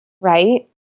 Right